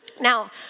Now